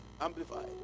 amplified